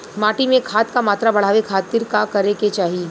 माटी में खाद क मात्रा बढ़ावे खातिर का करे के चाहीं?